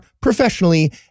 professionally